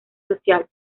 social